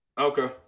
Okay